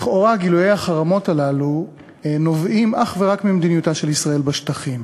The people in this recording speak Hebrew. לכאורה גילויי החרמות הללו נובעים אך ורק ממדיניותה של ישראל בשטחים,